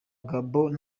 gabon